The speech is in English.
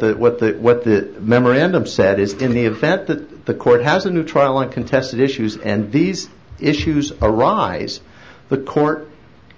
that what that what that memorandum said is that in the event that the court has a new trial and contested issues and these issues arise the court